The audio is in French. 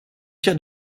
tiers